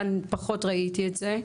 כאן פחות ראיתי את זה.